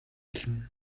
хэлнэ